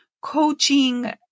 coaching